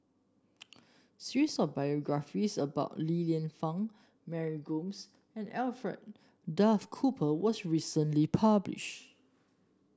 series of biographies about Li Lienfung Mary Gomes and Alfred Duff Cooper was recently published